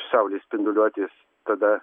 saulės spinduliuotės tada